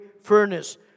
furnace